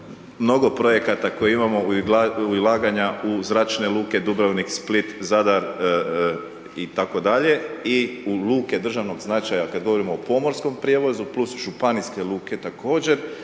mnogo projekata koje imamo i ulaganja u zračne luke Dubrovnik, Split, Zadar itd., i u luke državnog značaja kada govorimo o pomorskom prijevozu plus županijske luke također